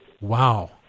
Wow